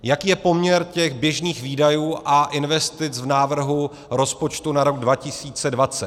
Jaký je poměr běžných výdajů a investic v návrhu rozpočtu na rok 2020?